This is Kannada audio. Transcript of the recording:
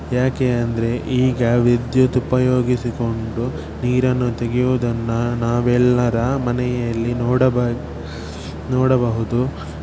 ಯಾಕೆ ಅಂದರೆ ಈಗ ವಿದ್ಯುತ್ ಉಪಯೋಗಿಸಿಕೊಂಡು ನೀರನ್ನು ತೆಗೆಯುವುದನ್ನು ನಾವೆಲ್ಲರ ಮನೆಯಲ್ಲಿ ನೋಡಬ ನೋಡಬಹುದು